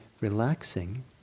relaxing